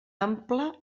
ample